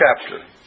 chapter